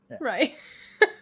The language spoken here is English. Right